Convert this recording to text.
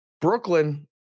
Brooklyn